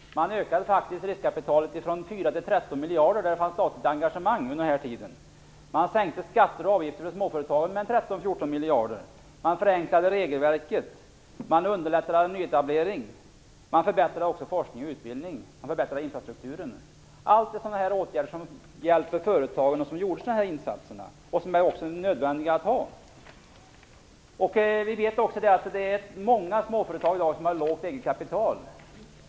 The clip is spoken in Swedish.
Man ökade riskkapitalet från 4 till 13 miljarder på de områden där det fanns statligt engagemang under den borgerliga tiden. Man sänkte skatter och avgifter för småföretagen med 13-14 miljarder. Man förenklade regelverket och underlättade nyetablering. Man förbättrade också forskning och utbildning, och man förbättrade infrastrukturen. Alla dessa insatser var åtgärder som hjälpte företagen och som var nödvändiga. Vi vet också att det är många småföretag som i dag har ett lågt eget kapital.